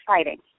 exciting